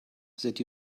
that